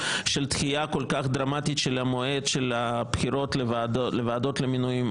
של דחייה כל כך דרמטית של המועד של הבחירות לוועדות למינויים.